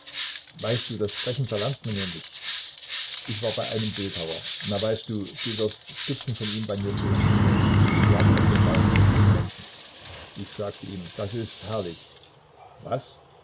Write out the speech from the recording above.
weißt du das sprechen verlernt man nämlich ich war bei einem bildhauer na weißt du du wirst skizzen von ihm bei mir sehen ich lag auf dem bauch vor diesem menschen ich sagte ihm das ist herrlich was